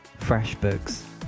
FreshBooks